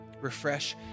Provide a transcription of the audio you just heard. refresh